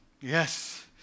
Yes